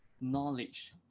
knowledge